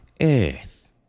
Earth